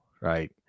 right